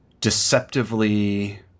deceptively